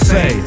Say